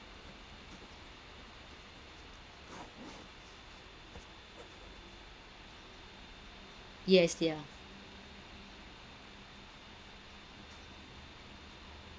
yes yeah